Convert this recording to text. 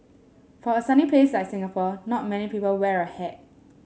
for a sunny place like Singapore not many people wear a hat